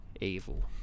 evil